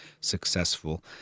successful